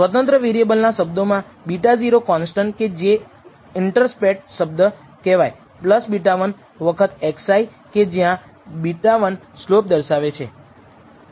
કદાચ રેખા 0 0 મૂળમાંથી પસાર થવી જોઈએ કદાચ y ચલ જે x1 પર કોઈ નોંધપાત્ર રીતે આધારિત નથી જેનો અર્થ થાય છે β̂1 લગભગ 0 જેટલું બરાબર છે જે અજ્ઞાત β1 બરાબર 0 ની સમાન છે તેમ છતાં આપણને થોડો આ બિન શૂન્ય β̂1 નો અંદાજ મળ્યો છે